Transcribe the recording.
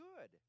good